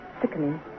sickening